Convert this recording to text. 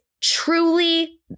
truly